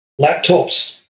Laptops